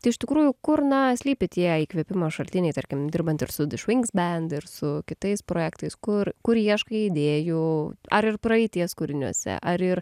tai iš tikrųjų kur na slypi tie įkvėpimo šaltiniai tarkim dirbant ir su the schwings band ir su kitais projektais kur kur ieškai idėjų ar ir praeities kūriniuose ar ir